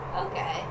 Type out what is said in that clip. Okay